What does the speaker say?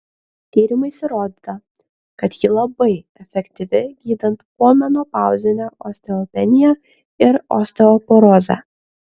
tyrimais įrodyta kad ji labai efektyvi gydant pomenopauzinę osteopeniją ir osteoporozę